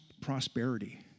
prosperity